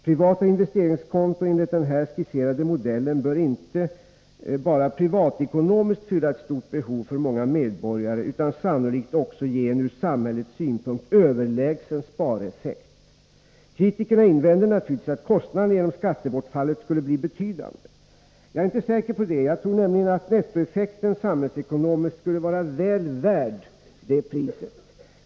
Privata investeringskonton enligt den här skisserade modellen bör inte bara privatekonomiskt fylla ett stort behov för många medborgare utan sannolikt också ge en ur samhällets synpunkt överlägsen spareffekt. Kritikerna invänder naturligtvis att kostnaderna genom skattebortfallet skulle bli betydande. Jag är inte säker på det. Jag tror nämligen att nettoeffekten samhällsekonomiskt skulle vara väl värd det priset.